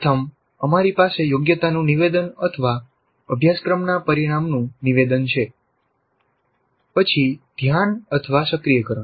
પ્રથમ અમારી પાસે યોગ્યતાનું નિવેદન અથવા અભ્યાસક્રમના પરિણામનું નિવેદન છે પછી ધ્યાનસક્રિયકરણ